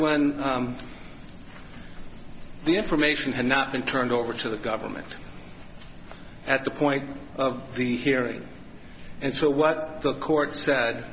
when the information had not been turned over to the government at the point of the hearing and so what the court sa